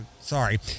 sorry